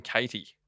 Katie